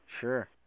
Sure